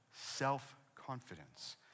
self-confidence